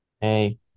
Hey